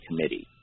committee